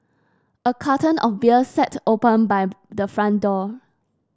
a carton of beer sat open by the front door